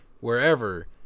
wherever